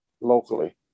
locally